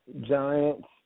Giants